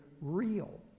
real